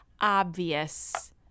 obvious